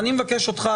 אני מבקש ממך,